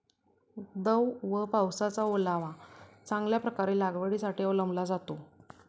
दव व पावसाचा ओलावा चांगल्या प्रकारे लागवडीसाठी अवलंबला जातो